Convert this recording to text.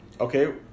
Okay